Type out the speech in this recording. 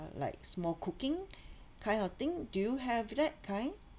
like small cooking kind of thing do you have that kind